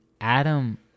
Adam